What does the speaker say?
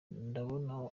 ndabona